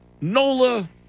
NOLA